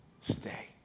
stay